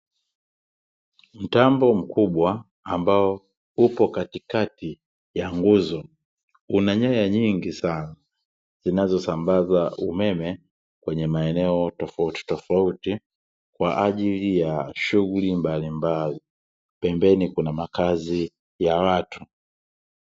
Mtambo mkubwa ambao upo katikati ya nguzo una nyaya nyingi sana, zinazosambaza umeme kwenye maeneo tofautitofauti, kwa ajili ya shughuli mbalimbali. Pembeni kuna makazi ya watu.